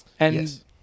Yes